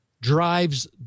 drives